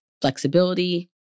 flexibility